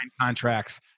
contracts